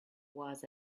was